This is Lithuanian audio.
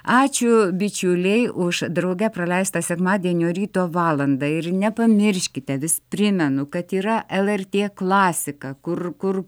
ačiū bičiuliai už drauge praleistą sekmadienio ryto valandą ir nepamirškite vis primenu kad yra lrt klasika kur kur